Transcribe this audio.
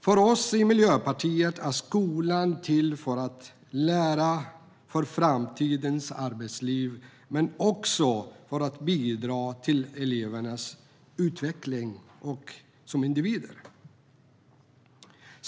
För oss i Miljöpartiet är skolan till för att lära för framtidens arbetsliv men också för att bidra till elevernas utveckling som individer.